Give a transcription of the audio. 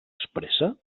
expressa